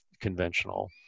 conventional